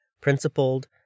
Principled